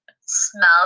smell